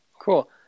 Cool